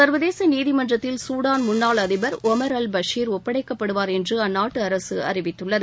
சர்வதேச நீதிமன்றத்தில் சூடான் முன்னாள் அதிபர் ஒமர் அல் பஷீர் ஒப்படைக்கப்படுவர் என்று அந்நாட்டு அரசு அறிவித்துள்ளது